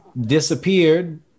disappeared